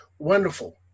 Wonderful